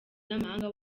n’amahanga